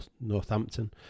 Northampton